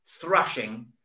thrashing